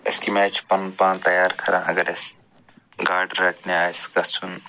أسۍ کَمہِ آیہِ چھِ پَنُن پان تیار کران اگر اَسہِ گاڈٕ رٹنہِ آسہِ گژھُن